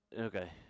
okay